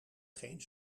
geen